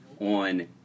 on